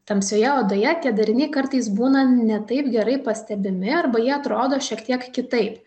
tamsioje odoje tie dariniai kartais būna ne taip gerai pastebimi arba jie atrodo šiek tiek kitaip